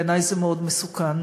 בעיני זה מאוד מסוכן.